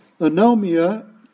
Anomia